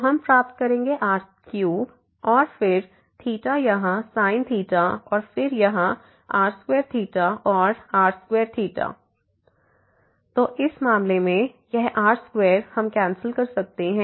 तो हम प्राप्त करेंगे r3 और फिर यहाँ sin और फिर यहाँ r2 और r2 तो इस मामले में यह r2 हम कैंसिल कर सकते हैं